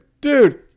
dude